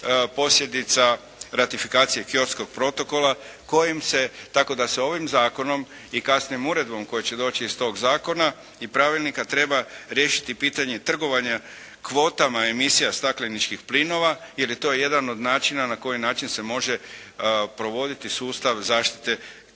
posljedica ratifikacije Kyotskog protokola kojim se, tako da se ovim zakonom i kasnije uredbom koja će doći iz tog zakona i pravilnika treba riješiti pitanje trgovanja kvotama emisija stakleničkih plinova jer je to jedan od načina na koji način se može provoditi sustav zaštite klime